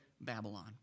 Babylon